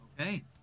Okay